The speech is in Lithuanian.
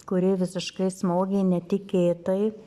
kuri visiškai smogė netikėtai